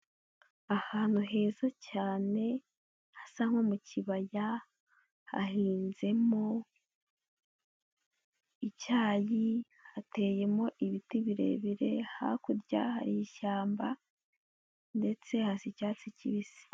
Ahantu heza cyane hasa nko mu kibaya, hahinzemo icyayi hateyemo ibiti birebire, hakurya hari ishyamba ndetse haza icyatsi kibisi.